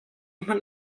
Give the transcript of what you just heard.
hmanh